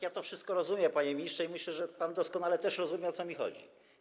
Ja to wszystko rozumiem, panie ministrze, i myślę, że pan też doskonale rozumie, o co mi chodzi.